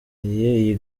iyi